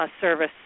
service